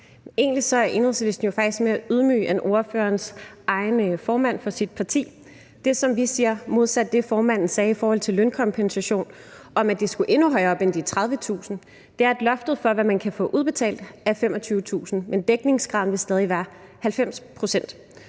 Egentlig er Enhedslisten jo faktisk mere ydmyg end ordførerens egen partiformand. Det, som vi siger, modsat det, som formanden sagde i forhold til lønkompensation, om, at det skulle endnu højere op end de 30.000, er, at loftet for, hvad man kan få udbetalt, er 25.000 kr., men dækningsgraden vil stadig være 90 pct.